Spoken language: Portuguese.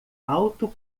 alto